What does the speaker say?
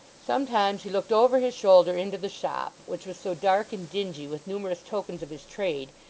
sometimes, he looked over his shoulder into the shop, which was so dark and dingy with numerous tokens of his trade,